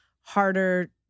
harder